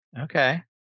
Okay